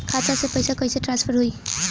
खाता से पैसा कईसे ट्रासर्फर होई?